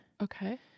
okay